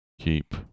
keep